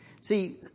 See